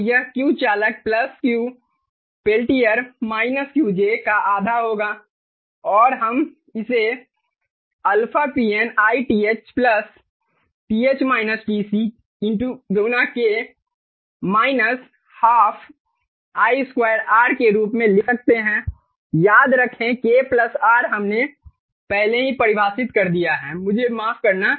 तो यह Q चालक plus Q Peltier minus Qj का आधा होगा और हम इसे αPN I TH K -12 I2R के रूप में लिख सकते हैं याद रखें K R हमने पहले ही परिभाषित कर दिया है मुझे माफ करना